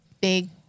big